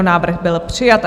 Návrh byl přijat.